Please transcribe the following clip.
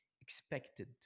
expected